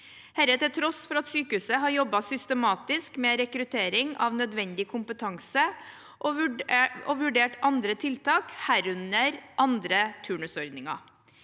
dette til tross for at sykehuset har jobbet systematisk med rekruttering av nødvendig kompetanse og vurdert andre tiltak, herunder andre turnusordninger.